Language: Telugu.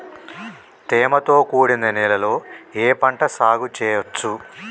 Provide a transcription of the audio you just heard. తేమతో కూడిన నేలలో ఏ పంట సాగు చేయచ్చు?